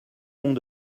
mont